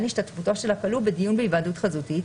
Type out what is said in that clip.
השתתפותו של הכלוא בדיון בהיוועדות חזותית,